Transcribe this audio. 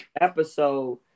episode